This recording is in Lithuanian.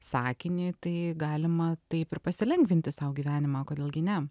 sakinį tai galima taip ir pasilengvinti sau gyvenimą kodėl gi ne